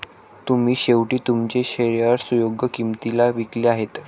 तुम्ही शेवटी तुमचे शेअर्स योग्य किंमतीला विकले आहेत